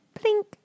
blink